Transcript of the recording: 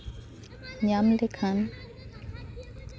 ᱧᱟᱢ ᱞᱮᱠᱷᱟᱱ